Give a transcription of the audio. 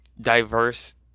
diverse